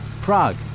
Prague